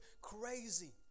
crazy